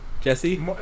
Jesse